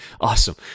Awesome